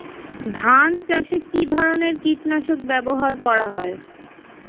ধান চাষে কী ধরনের কীট নাশক ব্যাবহার করা হয়?